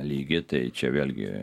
lygį tai čia vėlgi